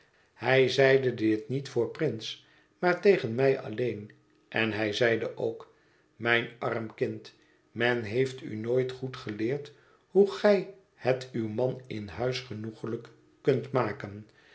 hij zeide dit niet voor prince maar tegen mij alleen en hij zeide ook mijn arm kind men heeft u nooit goed geleerd hoe gij het uw man in huis genoeglijk kunt maken